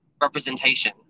representation